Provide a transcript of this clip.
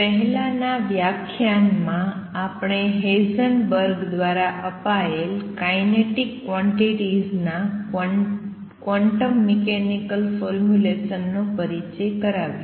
પહેલાનાં વ્યાખ્યાનમાં આપણે હેઇસેનબર્ગ દ્વારા અપાયેલ કાઇનેટિક ક્વોંટીટીઝ ના ક્વોન્ટમ મિકેનિકલ ફોર્મ્યુલેશન નો પરિચય કરાવ્યો